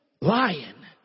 lion